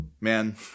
man